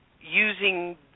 using